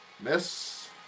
Miss